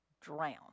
drown